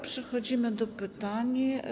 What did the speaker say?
Przechodzimy do pytań.